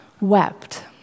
wept